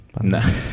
No